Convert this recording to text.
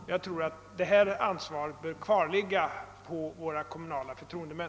Ansvaret i dessa avseenden bör enligt min mening kvarligga på våra kommunala förtroendemän.